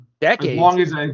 decades